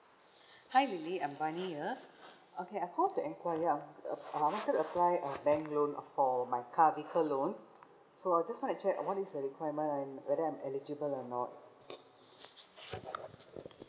hi lily I'm manny here okay I call to enquire I'm uh I wanted to apply a bank loan uh for my car vehicle loan so I'll just want to check what is the requirement I'm whether I'm eligible or not